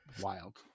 wild